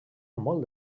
molt